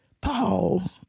Paul